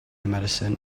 medicine